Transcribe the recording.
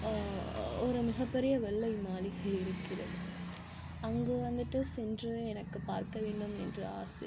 ஒரு மிகப்பெரிய வெள்ளை மாளிகை இருக்கிறது அங்கே வந்துட்டு சென்று எனக்கு பார்க்க வேண்டும் என்று ஆசை